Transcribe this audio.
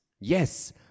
Yes